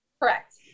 Correct